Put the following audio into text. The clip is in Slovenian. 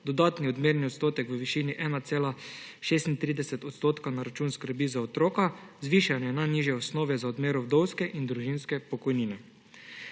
dodatni odmerni odstotek v višini 1,36 % na račun skrbi za otroka; zvišanje najnižje osnove za odmero vdovske in družinske pokojnine.